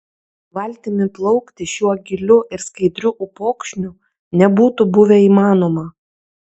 valtimi plaukti šiuo giliu ir skaidriu upokšniu nebūtų buvę įmanoma